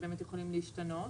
שיכולים להשתנות,